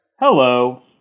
Hello